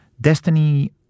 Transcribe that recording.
destiny